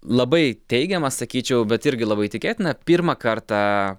labai teigiama sakyčiau bet irgi labai tikėtina pirmą kartą